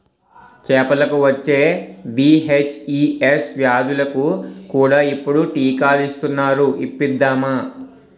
చేపలకు వచ్చే వీ.హెచ్.ఈ.ఎస్ వ్యాధులకు కూడా ఇప్పుడు టీకాలు ఇస్తునారు ఇప్పిద్దామా